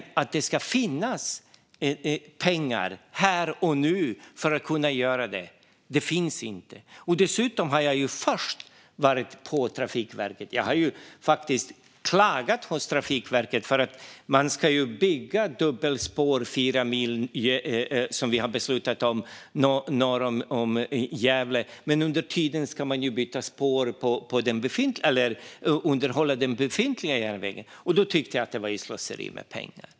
Det finns inte pengar här och nu för att kunna göra det. Jag har dessutom faktiskt klagat hos Trafikverket och varit där. Man ska ju bygga dubbelspår fyra mil, som vi har beslutat om, norr om Gävle, men under tiden ska man underhålla den befintliga järnvägen. Det tyckte jag var slöseri med pengar.